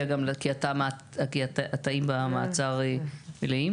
ולפונקציות באח"מ המחוזי והמרחבי.